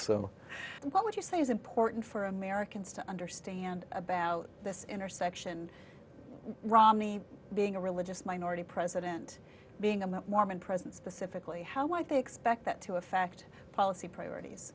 so what would you say is important for americans to understand about this intersection romney being a religious minority president being about mormon president specifically how might they expect that to affect policy priorities